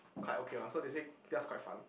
quite okay mah so they say that's quite fun